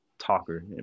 talker